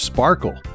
Sparkle